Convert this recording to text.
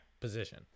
position